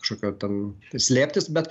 kažkokio ten slėptis bet